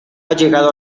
llegado